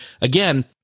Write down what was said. again